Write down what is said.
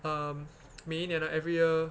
um 每一年 orh every year